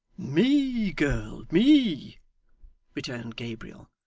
me, girl, me returned gabriel.